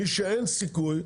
מי שאין סיכוי,